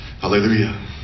Hallelujah